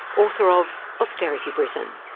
author of austerity britain.